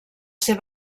ser